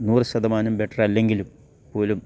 നൂറ് ശതമാനം ബെട്രല്ലെങ്കിലും പോലും